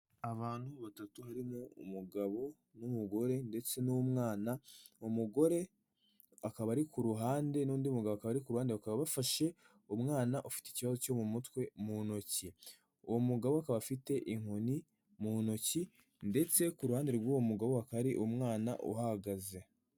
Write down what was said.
Abantu batatu harimo umugabo n'umugore ndetse n'umwana, umugore akaba ari ku ruhande n'undi mugabo akaba ari ku ruhande, bakaba bafashe umwana ufite ikibazo cyo mu mutwe mu ntoki, uwo mugabo akaba afite inkoni mu ntoki ndetse ku ruhande rw'uwo mugabo hakaba hari umwana uhahagaze.